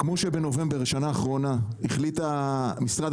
כמו שבנובמבר שנה אחרונה החליט משרד